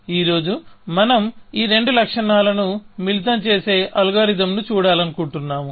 ఈ రోజు మనం ఈ రెండు లక్షణాలను మిళితం చేసేఅల్గోరిథంను చూడాలనుకుంటున్నాము